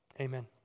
Amen